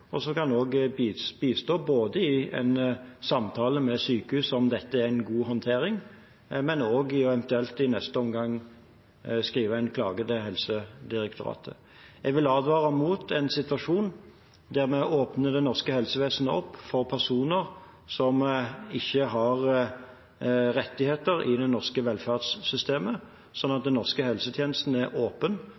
som også kan bistå i en samtale med sykehuset om hvorvidt dette er en god håndtering, og som i neste omgang kan skrive en klage til Helsedirektoratet. Jeg vil advare mot en situasjon der vi åpner opp det norske helsevesenet for personer som ikke har rettigheter i det norske velferdssystemet, på den måten at den norske helsetjenesten er åpen